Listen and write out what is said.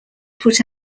put